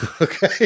Okay